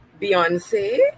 beyonce